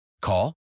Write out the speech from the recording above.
Call